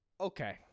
Okay